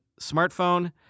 smartphone